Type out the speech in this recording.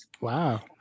Wow